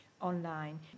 online